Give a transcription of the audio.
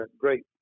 great